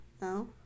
no